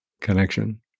connection